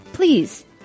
please